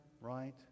right